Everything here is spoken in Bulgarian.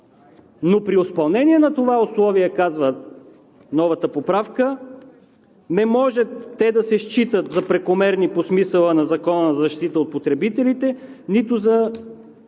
Но при изпълнение на това условие, казва новата поправка, не може те да се считат за прекомерни по смисъла на Закона за защита на потребителите, нито за